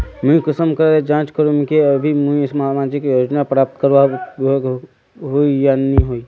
मुई कुंसम करे जाँच करूम की अभी मुई सामाजिक योजना प्राप्त करवार योग्य होई या नी होई?